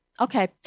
Okay